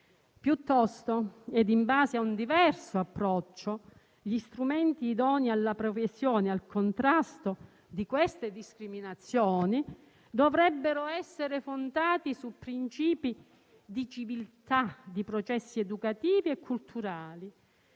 Piuttosto, in base a un diverso approccio, gli strumenti idonei alla professione e al contrasto di queste discriminazioni dovrebbero essere fondati su principi di civiltà e processi educativi e culturali